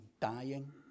dying